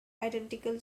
identical